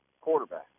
quarterback